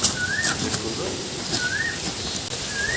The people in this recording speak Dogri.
बिल्कुल